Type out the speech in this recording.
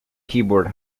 keyboard